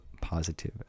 positive